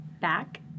back